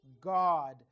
God